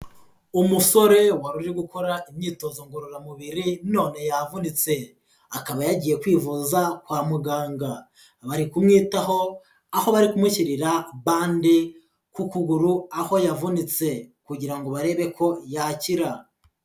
Umusore wari uri gukora imyitozo ngororamubiri none yavunitse, akaba yagiye kwivuza kwa muganga, bari kumwitaho aho bari kumushyirira bande ku kuguru aho yavunitse kugira ngo barebe ko yakira.